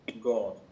God